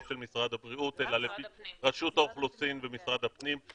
משרד הבריאות אלא ברשות האוכלוסין ומשרד הפנים.